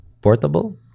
portable